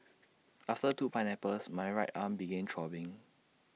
after two pineapples my right arm began throbbing